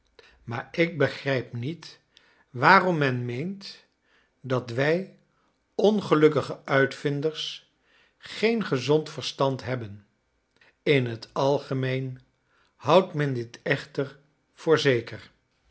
maar ik begrijp niet waarom men moent dat wij ongelukkige uitvinders geen gezond verstand hebben in het algemeen houdt men dit echter voor zeker